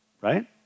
right